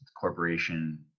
corporation